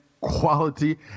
quality